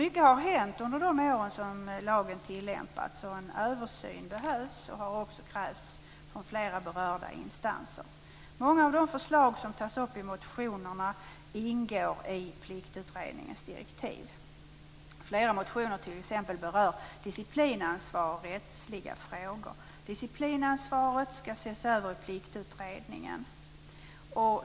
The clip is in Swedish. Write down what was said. Mycket har hänt under de år som lagen tillämpats. En översyn behövs och har också krävts av flera berörda instanser. Många av de förslag som tas upp i motionerna ingår i Pliktutredningens direktiv. I flera motioner berörs t.ex. disciplinansvar och rättsliga frågor. Disciplinansvaret skall ses över av Pliktutredningen.